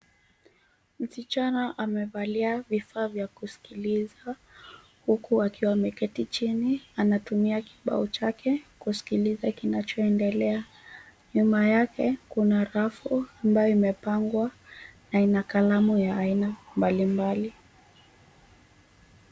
Msichana amevalia vifaa vya kusikiliza huku akiwa ameketi chini. Anatumia kibao chake kusikiliza kinachoendelea. Nyuma yake kuna rafu ambayo imepangwa na ina kalamu ya aina mbalimbali .